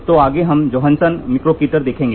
तो आगे हम जोहानसन मिक्रोकेटर देखेंगे